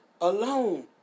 alone